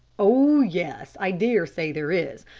oh, yes i dare say there is.